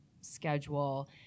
schedule